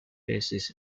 basis